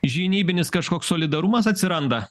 žinybinis kažkoks solidarumas atsiranda